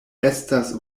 estas